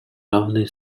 равные